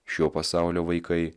šio pasaulio vaikai